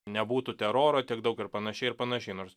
nebūtų teroro tiek daug ir panašiai ir panašiai nors